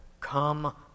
come